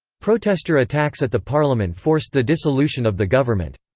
protester attacks at the parliament forced the dissolution of the government.